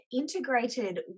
integrated